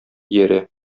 иярә